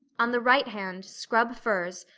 on the right hand, scrub firs,